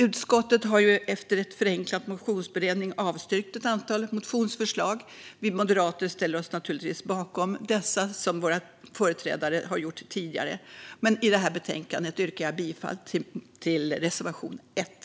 Utskottet har efter en förenklad motionsberedning avstyrkt ett antal motionsförslag. Vi moderater ställer oss naturligtvis bakom dessa, liksom våra företrädare har gjort tidigare. Men i det här betänkandet yrkar jag bifall till reservation 1.